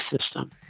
system